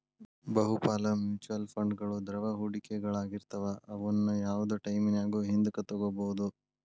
ಬಹುಪಾಲ ಮ್ಯೂಚುಯಲ್ ಫಂಡ್ಗಳು ದ್ರವ ಹೂಡಿಕೆಗಳಾಗಿರ್ತವ ಅವುನ್ನ ಯಾವ್ದ್ ಟೈಮಿನ್ಯಾಗು ಹಿಂದಕ ತೊಗೋಬೋದು